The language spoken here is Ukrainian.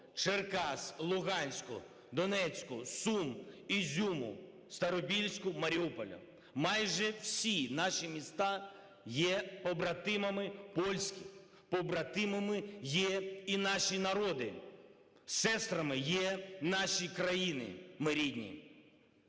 Черкас, Луганська, Донецька, Сум, Ізюма, Старобільська, Маріуполя. Майже всі наші міста є побратимами польських, побратимами є і наші народи. Сестрами є наші країни. Ми рідні.